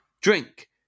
Drink